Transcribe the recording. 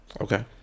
Okay